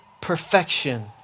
perfection